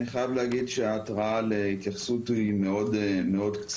אני חייב להגיד שההתראה להתייחסות היא קצרה מאוד-מאוד.